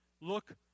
Look